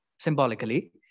symbolically